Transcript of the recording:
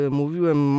mówiłem